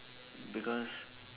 because